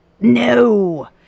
No